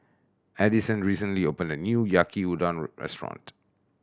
Adison recently opened a new Yaki Udon restaurant